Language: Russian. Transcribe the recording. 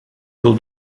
был